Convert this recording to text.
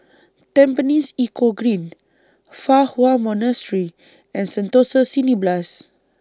Tampines Eco Green Fa Hua Monastery and Sentosa Cineblast